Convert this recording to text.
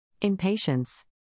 Impatience